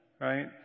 Right